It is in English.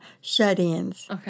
shut-ins